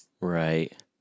Right